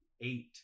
eight